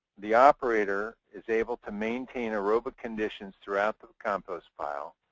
the operator is able to maintain aerobic conditions throughout the compost pile.